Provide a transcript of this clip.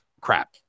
crap